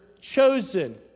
chosen